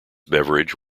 beverage